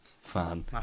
fan